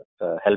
help